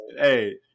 hey